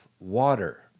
Water